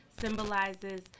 symbolizes